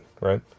right